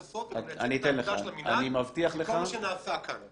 הסוף לייצג את העבודה של המנהל עם כל מה שנעשה כאן.